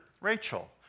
Rachel